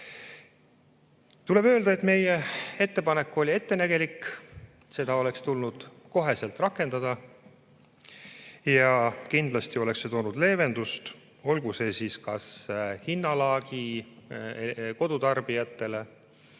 Tuleb öelda, et meie ettepanek oli ettenägelik. Seda oleks tulnud kohe rakendada. Kindlasti oleks see toonud leevendust – olgu see hinnalagi kodutarbijatele,